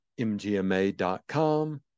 mgma.com